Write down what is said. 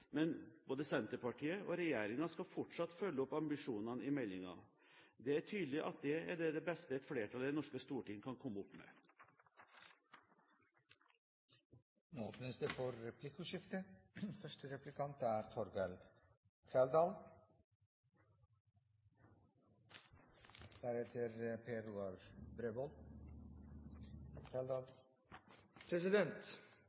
men både Senterpartiet og regjeringen skal fortsatt følge opp ambisjonene i meldingen. Det er tydelig at det er det beste et flertall i det norske storting kan komme opp med. Det blir replikkordskifte.